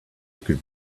could